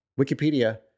Wikipedia